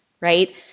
right